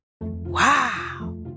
Wow